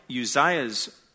Uzziah's